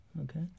Okay